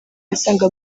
asanga